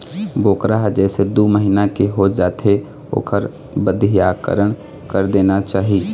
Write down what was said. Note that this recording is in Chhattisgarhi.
बोकरा ह जइसे दू महिना के हो जाथे ओखर बधियाकरन कर देना चाही